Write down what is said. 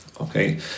okay